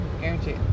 Guarantee